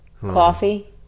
coffee